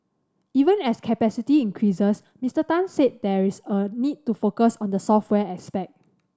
even as capacity increases Mister Tan said there is a need to focus on the software aspect